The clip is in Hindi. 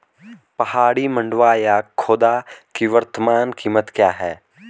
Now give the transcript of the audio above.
पहाड़ी मंडुवा या खोदा की वर्तमान कीमत क्या है?